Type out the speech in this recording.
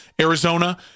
Arizona